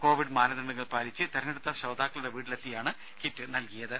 Covid മാനദണ്ഡങ്ങൾ പാലിച്ചു തിരഞ്ഞെടുത്ത ശ്രോതാക്കളുടെ വീട്ടിലെത്തിയാണ് കിറ്റ് നൽകിയത്